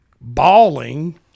bawling